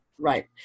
right